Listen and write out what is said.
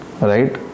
Right